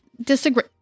disagree